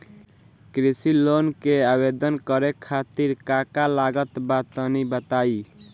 कृषि लोन के आवेदन करे खातिर का का लागत बा तनि बताई?